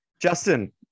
Justin